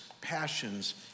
passions